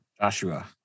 Joshua